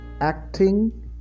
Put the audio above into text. acting